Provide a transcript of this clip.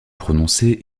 prononcés